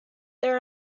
there